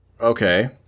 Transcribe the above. Okay